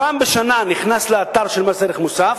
פעם בשנה הוא נכנס לאתר של מס ערך מוסף